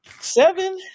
Seven